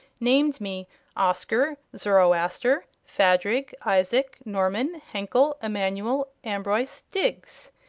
named me oscar zoroaster phadrig isaac norman henkle emmannuel ambroise diggs,